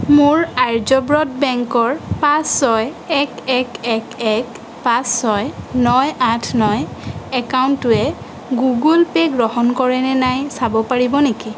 মোৰ আৰ্যব্ৰত বেংকৰ পাঁচ ছয় এক এক এক এক পাঁচ ছয় নয় আঠ নয় একাউণ্টটোৱে গুগল পে' গ্ৰহণ কৰেনে নাই চাব পাৰিব নেকি